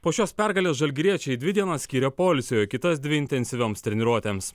po šios pergalės žalgiriečiai dvi dienas skyrė poilsiui kitas dvi intensyvioms treniruotėms